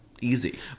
easy